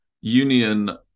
Union